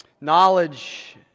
knowledge